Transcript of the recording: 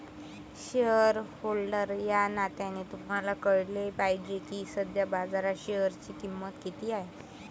shareholder या नात्याने तुम्हाला कळले पाहिजे की सध्या बाजारात शेअरची किंमत किती आहे